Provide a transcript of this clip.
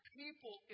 people